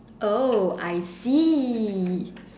oh I see